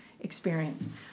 experience